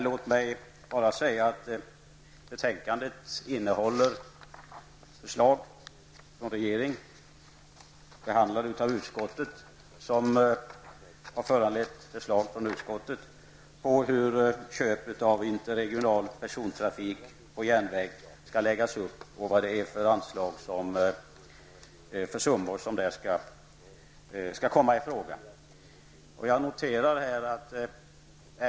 Låt mig bara säga att betänkandet innehåller förslag från regeringen som har behandlats av utskottet och föranlett förslag därifrån om hur köp av interregional persontrafik på järnväg skall läggas upp och vilka summor som skall komma i fråga.